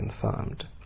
confirmed